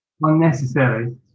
Unnecessary